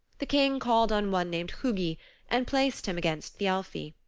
the king called on one named hugi and placed him against thialfi.